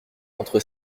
entre